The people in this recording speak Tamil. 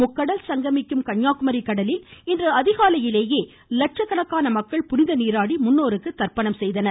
முக்கடல் சங்கமிக்கும் கன்னியாகுமரி கடலில் இன்று அதிகாலையிலேயே லட்சக்கணக்கான மக்கள் புனிதநீராடி முன்னோருக்கு தர்ப்பணம் செய்தனர்